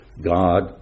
God